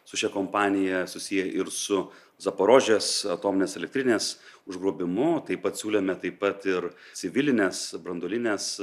su šia kompanija susiję ir su zaporožės atominės elektrinės užgrobimu taip pat siūlėme taip pat ir civilinės branduolinės